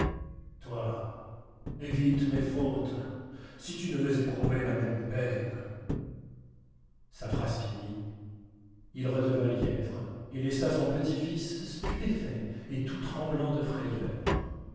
toi évite mes autes si tu ne veux éprouver la même peine sa phrase finie il redevint lièvre et laissa son petit-fils stupéfait et tout tremblant de frayeur